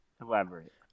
Elaborate